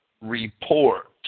report